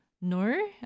no